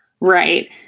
Right